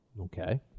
Okay